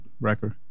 record